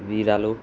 बिरालो